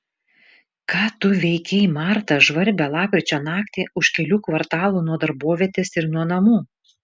ką tu veikei marta žvarbią lapkričio naktį už kelių kvartalų nuo darbovietės ir nuo namų